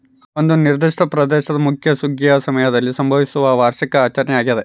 ಒಂದು ನಿರ್ದಿಷ್ಟ ಪ್ರದೇಶದ ಮುಖ್ಯ ಸುಗ್ಗಿಯ ಸಮಯದಲ್ಲಿ ಸಂಭವಿಸುವ ವಾರ್ಷಿಕ ಆಚರಣೆ ಆಗ್ಯಾದ